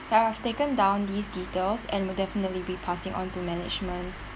ya I have taken down these details and will definitely be passing on to management